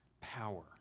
power